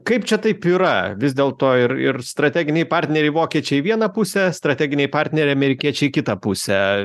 kaip čia taip yra vis dėlto ir ir strateginiai partneriai vokiečiai į vieną pusę strateginiai partneriai amerikiečiai į kitą pusę